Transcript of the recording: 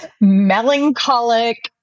melancholic